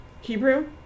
Hebrew